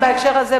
בהקשר הזה,